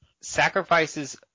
sacrifices